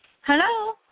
Hello